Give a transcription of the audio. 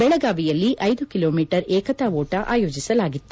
ಬೆಳಗಾವಿಯಲ್ಲಿ ಐದು kilometre ಏಕತಾ ಓಟ ಆಯೋಜಿಸಲಾಗಿತ್ತು